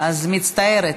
מצטערת.